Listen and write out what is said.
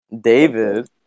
David